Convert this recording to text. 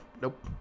Nope